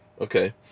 Okay